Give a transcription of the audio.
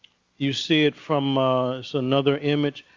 you see it from so another image.